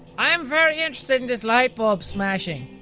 i'm very interested in this light bulb smashing.